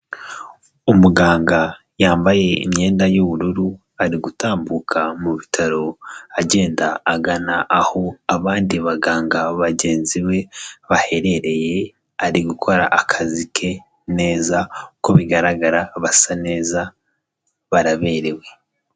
Umuganga yambaye imyenda y'ubururu ari gutambuka mu bitaro agenda agana aho abandi baganga bagenzi be baherereye, ari gukora akazi ke neza uko bigaragara basa neza baraberewe.